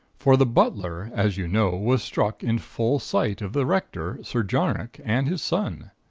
for the butler, as you know, was struck in full sight of the rector, sir jarnock and his son.